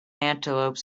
antelopes